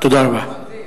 תודה רבה.